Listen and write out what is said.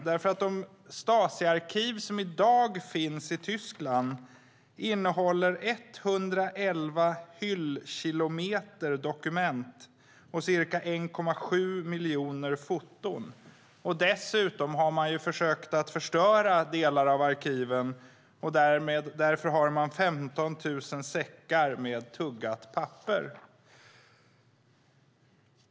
De Stasiarkiv som i dag finns i Tyskland innehåller 111 hyllkilometer dokument och ca 1,7 miljoner foton. Dessutom har man försökt förstöra delar av arkiven. Därför har man 15 000 säckar med tuggat papper.